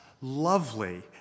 lovely